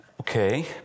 Okay